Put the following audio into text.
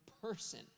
person